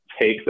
take